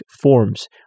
forms